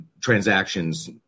transactions